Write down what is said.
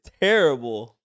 terrible